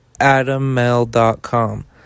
AdamMail.com